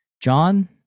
John